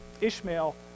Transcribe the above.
Ishmael